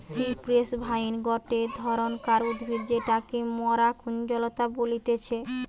cypress vine গটে ধরণকার উদ্ভিদ যেটাকে মরা কুঞ্জলতা বলতিছে